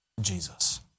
Jesus